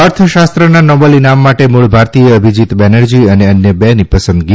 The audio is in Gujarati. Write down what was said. અર્થશાસ્ત્રના નોબલ ઇનામ માટે મૂળ ભારતીય અભિજિત બેનરજી અને અન્ય બે ની પસંદગી